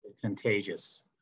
contagious